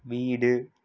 வீடு